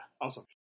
awesome